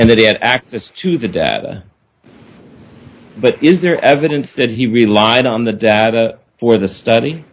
and that he had access to the data but is there evidence that he relied on the data for the study